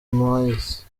moise